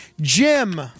Jim